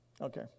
Okay